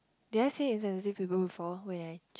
did I say insensitive people before when I